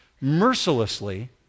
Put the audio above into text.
mercilessly